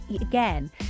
again